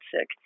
sick